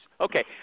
Okay